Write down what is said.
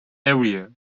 area